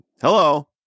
hello